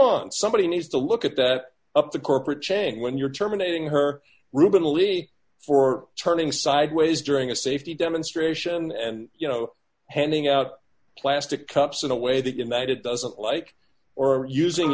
on somebody needs to look at that up to corporate chang when you're terminating her reuben levy for turning sideways during a safety demonstration and you know handing out plastic cups in a way that united doesn't like or using